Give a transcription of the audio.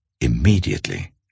Immediately